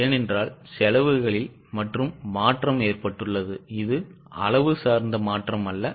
ஏனென்றால் செலவுகளில் மற்றும் மாற்றம் ஏற்பட்டுள்ளது இது அளவு சார்ந்த மாற்றம் அல்ல